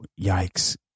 Yikes